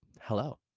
hello